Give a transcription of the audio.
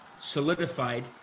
solidified